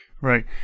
Right